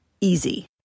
easy